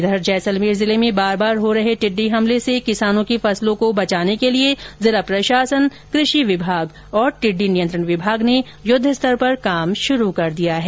इधर जैसलमेर जिले में बार बार हो रही टिड्डी हमले से किसानों की फसलों को बचाने के लिए जिला प्रशासन कृषि विभाग और टिड्डी नियंत्रण विभाग ने युद्ध स्तर पर काम शुरु कर दिया है